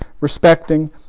respecting